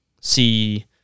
see